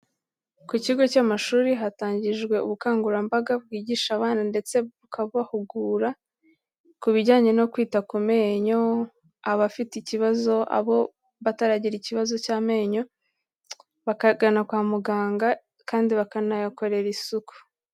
Ku kigo cy'amashuri hatangijwe ubukangurambaga bwigisha abana ndetse bukabahugura, ku bijyanye no kwita ku menyo, abafite ikibazo, abo bataragira ikibazo cy'amenyo, bakagana kwa muganga kandi bakanayakorera isuku.